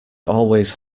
always